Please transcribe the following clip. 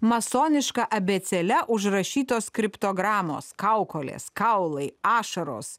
masoniška abėcėle užrašytos kriptogramos kaukolės kaulai ašaros